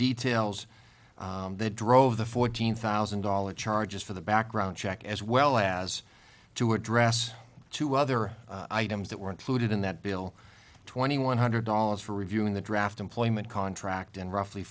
details that drove the fourteen thousand dollars charges for the background check as well as to address two other items that were included in that bill twenty one hundred dollars for reviewing the draft employment contract and roughly